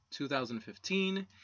2015